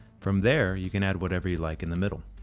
from there you can add whatever you like in the middle.